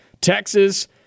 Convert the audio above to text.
Texas